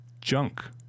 junk